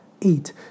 eat